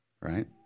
right